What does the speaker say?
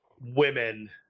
women